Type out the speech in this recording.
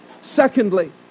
Secondly